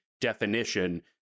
definition